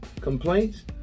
complaints